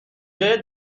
جای